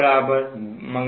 अब VR